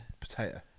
Potato